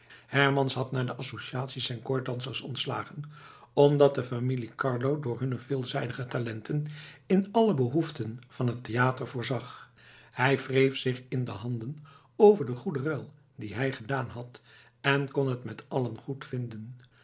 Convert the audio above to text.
hermans had na de associatie zijn koordedansers ontslagen omdat de familie carlo door hunne veelzijdige talenten in alle behoeften van het theater voorzag hij wreef zich in de handen over den goeden ruil dien hij gedaan had en kon het met allen goed